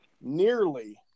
nearly